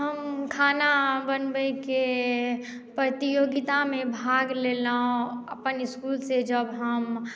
हम खाना बनबैके प्रतियोगितामे भाग लेलहुँ अपन इसकुल से जब हम